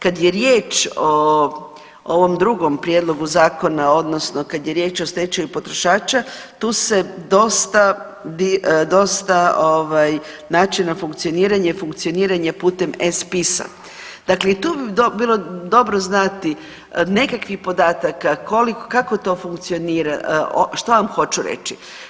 Kad je riječ o ovom drugom prijedlogu zakona, odnosno kad je riječ o stečaju potrošača, tu se dosta ovaj, načina funkcioniranja i funkcioniranje putem e-Spisa dakle i tu bi bilo dobro znati, nekakvih podataka, koliko, kako to funkcionira, što vam hoću reći?